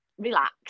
relax